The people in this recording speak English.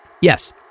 Yes